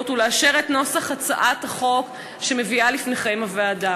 ההסתייגויות ולאשר את נוסח הצעת החוק שמביאה לפניכם הוועדה.